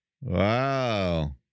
Wow